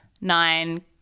nine